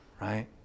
Right